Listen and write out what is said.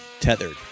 Tethered